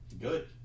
Good